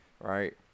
right